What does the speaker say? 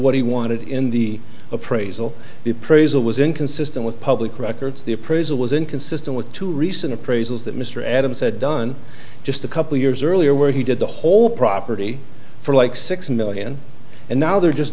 what he wanted in the appraisal the appraisal was inconsistent with public records the appraisal was inconsistent with two recent appraisals that mr adams had done just a couple years earlier where he did the whole property for like six million and now they're just